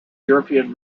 european